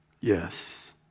Yes